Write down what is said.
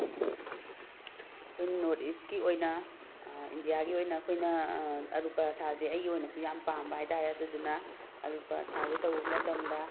ꯑꯩꯈꯣꯏ ꯅꯣꯔꯠ ꯏꯁꯀꯤ ꯑꯣꯏꯅ ꯏꯟꯗꯤꯌꯥꯒꯤ ꯑꯣꯏꯅ ꯑꯩꯈꯣꯏꯅ ꯑꯥꯜꯂꯨ ꯄꯔꯥꯊꯥꯁꯦ ꯑꯩꯒꯤ ꯑꯣꯏꯅꯁꯨ ꯌꯥꯝ ꯄꯥꯝꯕ ꯍꯥꯏꯕꯇꯥꯔꯦ ꯑꯗꯨꯗꯨꯅ ꯑꯥꯜꯂꯨ ꯄꯔꯥꯊꯥꯁꯦ ꯇꯧꯕ ꯃꯇꯝꯗ